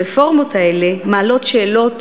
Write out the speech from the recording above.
הרפורמות האלה מעלות שאלות